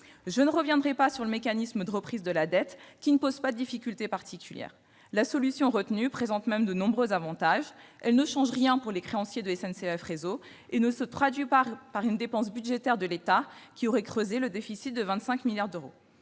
Je ne reviendrai pas sur le mécanisme de reprise de la dette, qui ne pose pas de difficultés particulières. La solution retenue présente de nombreux avantages : elle ne change rien pour les créanciers de SNCF Réseau et ne se traduit pas par une dépense budgétaire de l'État, qui aurait creusé le déficit de 25 milliards d'euros.